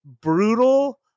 brutal